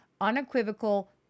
Unequivocal